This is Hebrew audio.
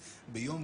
ובמיידי,